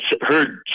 heard